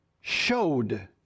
showed